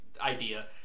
idea